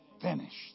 finished